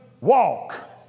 walk